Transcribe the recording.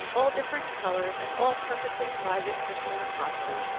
all different colors, and all perfectly private personal property,